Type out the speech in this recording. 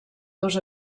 dos